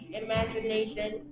imagination